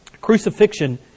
Crucifixion